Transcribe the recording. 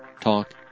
talk